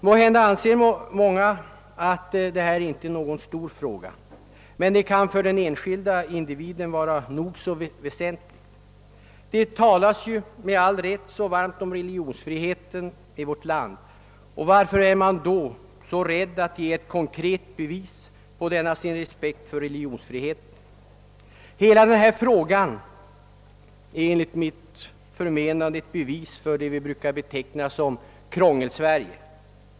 Måhända anser många att detta inte är någon stor fråga, men den kan för den enskilde individen vara nog så väsentlig. Det talas med all rätt så varmt om religionsfriheten i vårt land. Varför är man då så rädd för att ge ett konkret bevis på denna sin respekt för religionsfriheten? Hela denna fråga är enligt min uppfattning ett bevis för det vi brukar beteckna som Krångelsverige.